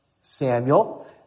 Samuel